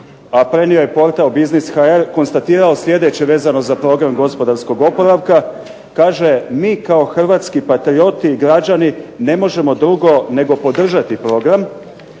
prenio je portal Business.hr konstatirao sljedeće, vezano za program gospodarskog oporavka, kaže mi kao hrvatski patrioti i građani ne možemo drugo nego podržati program.